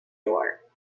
door